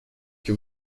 que